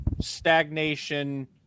stagnation